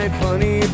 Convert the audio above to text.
funny